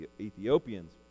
Ethiopians